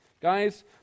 Guys